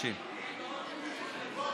המשפטים זה משפטים.